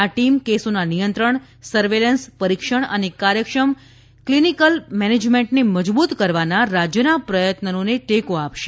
આ ટીમ કેસોના નિયંત્રણ સર્વેલન્સ પરીક્ષણ અને કાર્યક્ષમ ક્લિનિકલ મેનેજમેન્ટને મજબૂત કરવાના રાજ્યના પ્રયત્નોને ટેકો આપશે